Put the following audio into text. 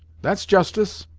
that's justice!